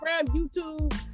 YouTube